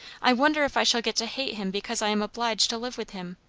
i wonder if i shall get to hate him because i am obliged to live with him?